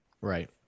right